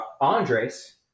Andres